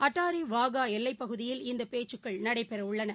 அட்டாரி வாகாஎல்லைப்பகுதியில் இந்தபேச்சுக்கள் நடைபெறவுள்ளன